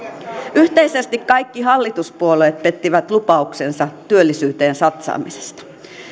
yhteisesti kaikki hallituspuolueet pettivät lupauksensa työllisyyteen satsaamisesta